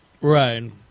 Right